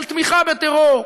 של תמיכה בטרור,